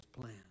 plan